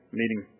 meeting